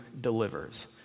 delivers